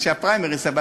אנשי הפריימריז,